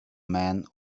man